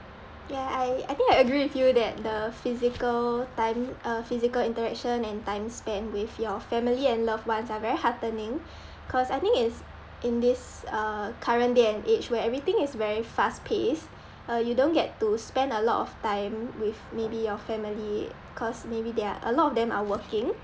ya I I think I agree with you that the physical time uh physical interaction and time spent with your family and loved ones are very heartening cause I think is in this uh current day and age where everything is very fast paced uh you don't get to spend a lot of time with maybe your family cause maybe they are a lot of them are working